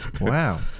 Wow